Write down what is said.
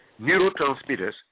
neurotransmitters